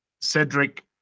Cedric